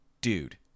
dude